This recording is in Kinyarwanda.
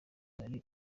hari